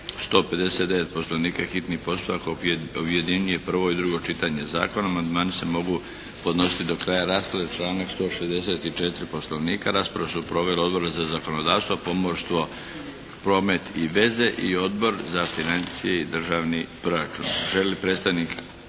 159. Poslovnika hitni postupak objedinjuje prvo i drugo čitanje zakona. Amandmani se mogu podnositi do kraja rasprave članak 164. Poslovnika. Raspravu su proveli Odbori za zakonodavstvo, pomorstvo, promet i veze i Odbor za financije i državni proračun. Želi li predstavnik